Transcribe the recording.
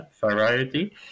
variety